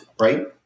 right